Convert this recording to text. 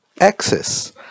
access